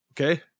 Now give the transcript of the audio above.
Okay